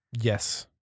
Yes